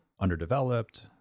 underdeveloped